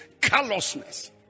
Callousness